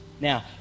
Now